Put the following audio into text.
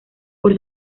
por